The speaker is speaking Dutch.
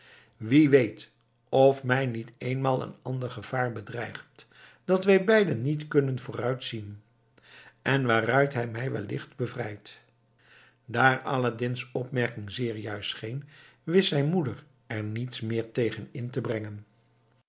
wie weet of mij niet eenmaal een ander gevaar bedreigt dat wij beiden niet kunnen vooruit zien en waaruit hij mij wellicht bevrijdt daar aladdin's opmerking zeer juist scheen wist zijn moeder er niets meer tegen in te brengen